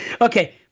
Okay